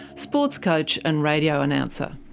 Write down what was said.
sports coach, and radio announcer.